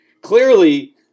Clearly